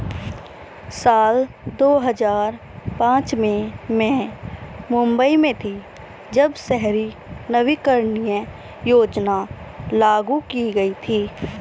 साल दो हज़ार पांच में मैं मुम्बई में थी, जब शहरी नवीकरणीय योजना लागू की गई थी